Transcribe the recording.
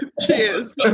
cheers